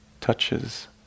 touches